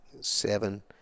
Seven